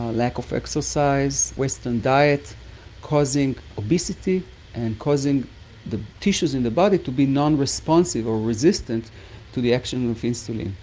ah lack of exercise, western diet causing obesity and causing the tissues in the body to be non-responsive or resistant to the action of insulin.